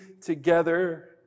together